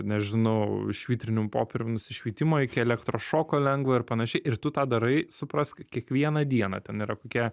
nežinau švitrinium popierium nusišvietimo iki elektrošoko lengvo ir panašiai ir tu tą darai suprask kiekvieną dieną ten yra kokie